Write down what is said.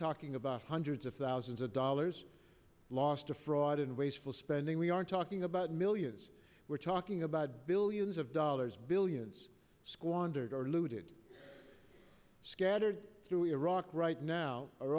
talking about hundreds of thousands of dollars lost to fraud in wasteful spending we aren't talking about millions we're talking about billions of dollars billions squandered or looted scattered through iraq right now